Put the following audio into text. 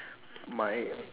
my